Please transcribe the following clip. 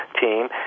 team